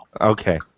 Okay